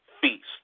Feast